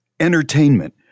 Entertainment